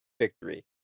victory